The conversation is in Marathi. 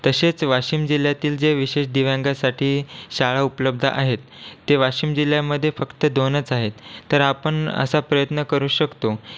तसेच वाशिम जिल्ह्यातील जे विशेष दिव्यांगांसाठी शाळा उपलब्ध आहेत ते वाशिम जिल्ह्यामध्ये फक्त दोनच आहेत तर आपण असा प्रयत्न करू शकतो